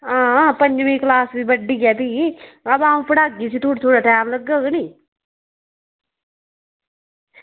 हां पंञमीं क्लास बी बड्डी ऐ भी अवा अऊं' इसी पढ़ागी इसी थोह्ड़ा थोह्ड़ा टैम लग्गग नी